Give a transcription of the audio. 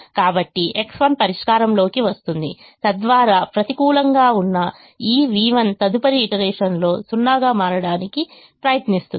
కాబట్టి X1 పరిష్కారంలోకి వస్తుంది తద్వారా ప్రతికూలంగా ఉన్న ఈ v1 తదుపరి ఈటరేషన్ లో 0 గా మారడానికి ప్రయత్నిస్తుంది